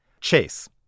Chase